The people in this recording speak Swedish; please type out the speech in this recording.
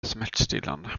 smärtstillande